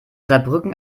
saarbrücken